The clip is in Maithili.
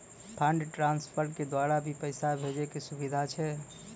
फंड ट्रांसफर के द्वारा भी पैसा भेजै के सुविधा छै?